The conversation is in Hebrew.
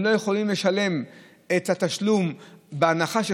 הם לא יכולים לשלם את התשלום בהנחה של